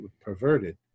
perverted